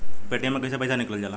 Paytm से कैसे पैसा निकलल जाला?